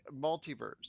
Multiverse